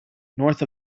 north